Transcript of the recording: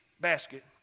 basket